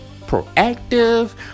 proactive